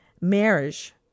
marriage